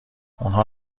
اونها